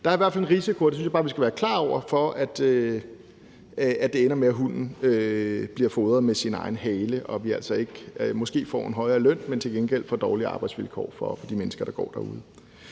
der er i hvert fald en risiko for – og det synes jeg bare vi skal være klar over – at det ender med, at hunden bliver fodret med sin egen hale, og at vi altså måske ikke får en højere løn, men til gengæld får dårligere arbejdsvilkår for de mennesker, der går derude.